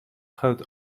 held